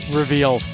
reveal